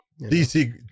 DC